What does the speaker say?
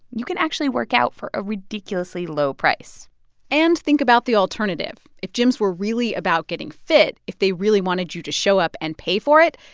you can actually work out for a ridiculously low price and think about the alternative. if gyms were really about getting fit if they really wanted you to show up and pay for it,